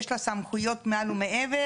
יש לה סמכויות מעל ומעבר,